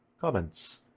Comments